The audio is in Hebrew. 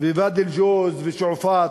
וואדי-אל-ג'וז ושועפאט?